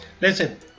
Listen